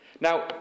Now